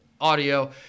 audio